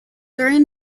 during